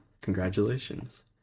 congratulations